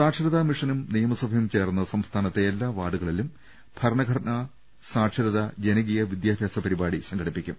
സാക്ഷരതാ മിഷനും നിയമസഭയും ചേർന്ന് സംസ്ഥാനത്തെ എല്ലാ വാർഡുകളിലും ഭരണഘടനാ സാക്ഷരതാ ജനകീയ വിദ്യാഭ്യാസ പരിപാടി സംഘടിപ്പിക്കും